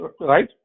Right